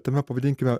tame pavadinkime